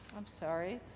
i'm sorry,